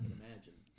imagine